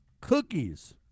cookies